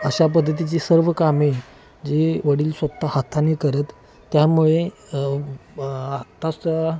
अशा पद्धतीची सर्व कामे जे वडील स्वत हाताने करत त्यामुळे आत्ताच